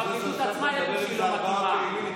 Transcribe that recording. --- בפרקליטות עצמה ידעו שהיא לא מתאימה.